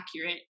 accurate